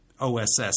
OSS